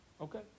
Okay